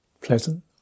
Pleasant